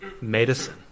medicine